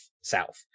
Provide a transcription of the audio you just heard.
South